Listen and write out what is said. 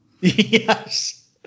Yes